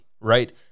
right